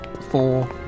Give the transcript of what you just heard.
four